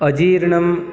अजीर्णम्